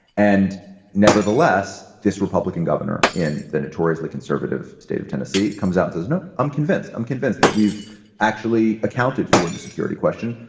and nevertheless, this republican governor in the notoriously conservative state of tennessee comes out, says, no, i'm convinced. i'm convinced that we've actually accounted for the security question.